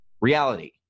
reality